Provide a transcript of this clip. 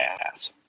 ass